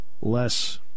less